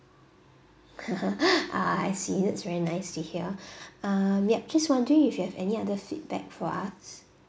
ah I see that's very nice to hear um yup just wondering if you have any other feedback for us